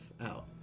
out